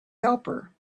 helper